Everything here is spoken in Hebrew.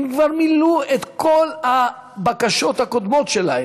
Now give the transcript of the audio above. הם כבר מילאו את כל הבקשות הקודמות שלהם,